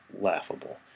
laughable